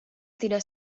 tidak